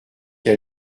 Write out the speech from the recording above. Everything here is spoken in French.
qu’à